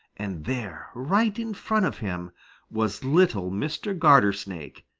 and there right in front of him was little mr. gartersnake,